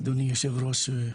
אדוני יושב הראש,